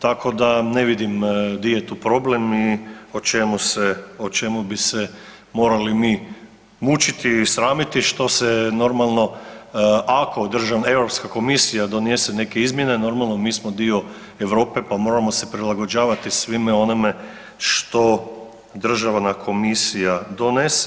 Tako da ne vidim gdje je tu problem o čemu bi se morali mi mučiti i sramiti što se normalno ako Europska komisija donese neke izmjene normalno mi smo dio Europe pa moramo se prilagođavati svemu onome što državna komisija donese.